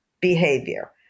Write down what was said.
behavior